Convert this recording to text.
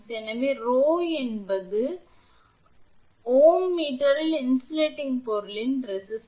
எனவே 𝜌 என்பது ஆ ஓம் மீட்டரில் இன்சுலேடிங் பொருளின் எதிர்ப்பு